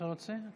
אתה רוצה?